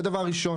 זה דבר ראשון.